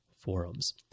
forums